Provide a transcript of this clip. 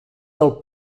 del